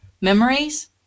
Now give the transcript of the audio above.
memories